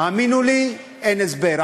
האמינו לי, אין הסבר.